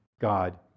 God